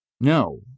No